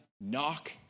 Knock